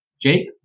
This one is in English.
Jake